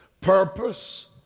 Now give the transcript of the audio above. purpose